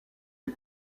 des